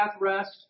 rest